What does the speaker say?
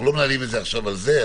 אנחנו לא מנהלים את זה עכשיו על זה,